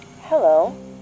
Hello